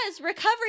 recovery